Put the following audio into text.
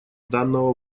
данного